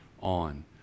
on